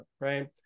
right